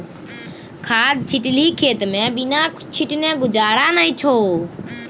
खाद छिटलही खेतमे बिना छीटने गुजारा नै छौ